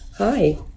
Hi